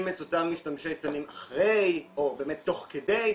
את אותם משתמשי סמים אחרי או תוך כדי,